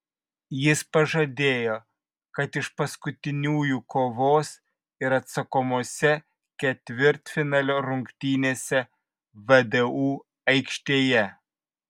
jis pažadėjo kad iš paskutiniųjų kovos ir atsakomose ketvirtfinalio rungtynėse vdu aikštėje